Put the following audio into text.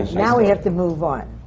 now we have to move on.